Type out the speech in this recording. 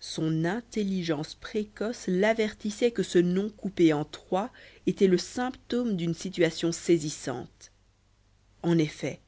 son intelligence précoce l'avertissait que ce nom coupé en trois était le symptôme d une situation saisissante en effet